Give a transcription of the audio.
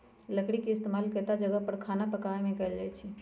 लकरी के इस्तेमाल केतता जगह पर खाना पकावे मे कएल जाई छई